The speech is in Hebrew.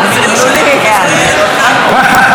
אני בוודאי אתייחס לזה כיוון שהעלית את זה.